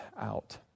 out